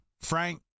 Frank